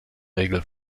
regel